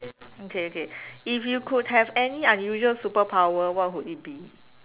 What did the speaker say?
okay okay if you could have any unusual superpower what would it be